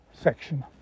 section